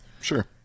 Sure